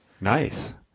Nice